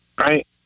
Right